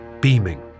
beaming